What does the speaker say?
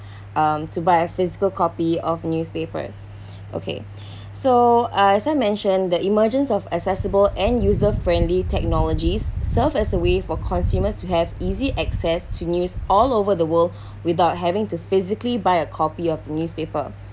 um to buy a physical copy of newspapers okay so uh as I mention the emergence of accessible and user-friendly technologies serve as a way for consumers to have easy access to news all over the world without having to physically buy a copy of the newspaper